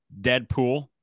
Deadpool